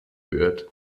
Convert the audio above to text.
wird